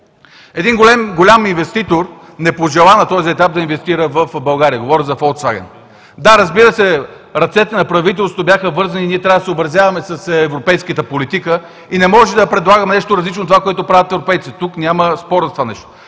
Един голям инвеститор не пожела на този етап да инвестира в България – говоря за „Фолксваген“. Да, разбира се, ръцете на правителството бяха вързани. Ние трябва да се съобразяваме с европейската политика и не може да предлагаме нещо различно от това, което правят европейците. Тук няма спор по това нещо.